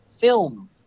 film